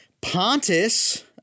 Pontus